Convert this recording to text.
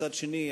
מצד שני,